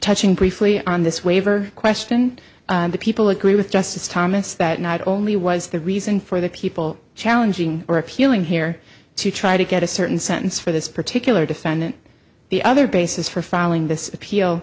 touching briefly on this waiver question the people agree with justice thomas that not only was the reason for the people challenging or appealing here to try to get a certain sentence for this particular defendant the other basis for filing this appeal